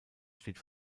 steht